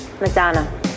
Madonna